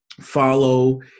follow